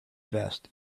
vest